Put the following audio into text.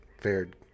fared